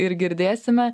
ir girdėsime